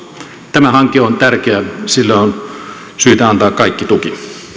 tämä hanke on tärkeä sille on syytä antaa kaikki tuki